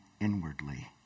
inwardly